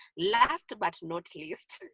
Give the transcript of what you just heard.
last, but not least.